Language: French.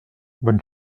bonne